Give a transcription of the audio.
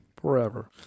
forever